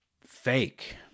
fake